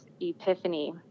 epiphany